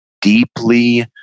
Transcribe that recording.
deeply